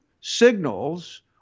signals